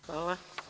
Hvala.